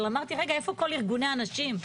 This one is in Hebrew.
אבל שאלתי את עצמי איפה כל ארגוני הנשים.